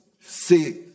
See